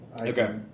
Okay